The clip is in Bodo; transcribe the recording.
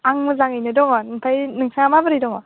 आं मोजाङैनो दङ ओमफाय नोंस्रा माबोरै दङ